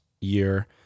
year